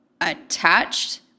attached